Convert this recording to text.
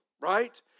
right